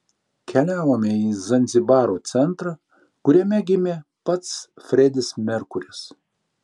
keliavome į zanzibaro centrą kuriame gimė pats fredis merkuris